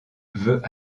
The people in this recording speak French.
veut